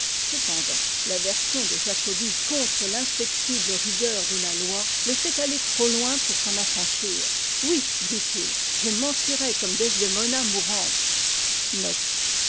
cependant l'aversion de jacobi contre rinuexible rigueur de la loi le fait aller trop loin pour s'en affranchir oui dit-il je mentirais comme desdemona mourante